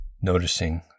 noticing